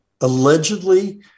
allegedly